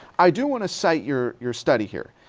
i do want to cite your, your study here.